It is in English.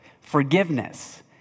Forgiveness